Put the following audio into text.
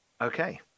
Okay